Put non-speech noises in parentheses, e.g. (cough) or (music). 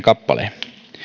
(unintelligible) kappaletta